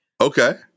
Okay